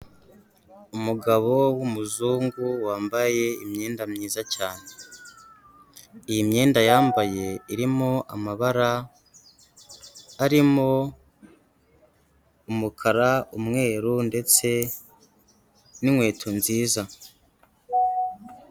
Umugabo w'umuzungu wambaye imyenda myiza cyane, iyi myenda yambaye irimo amabara arimo umukara, umweru ndetse n'inkweto nziza.